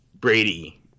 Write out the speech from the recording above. brady